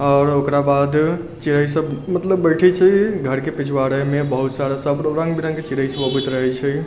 आओर ओकरा बाद चिड़ै सब मतलब बैठै छै घरके पिछवाड़ेमे बहुत सारा सब रङ्ग बिरङ्गके चिड़ै सब आबैत रहै छै